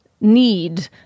need